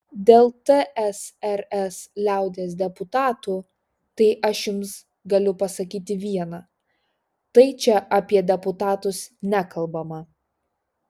dėl tsrs liaudies deputatų tai aš jums galiu pasakyti viena tai čia apie deputatus nekalbama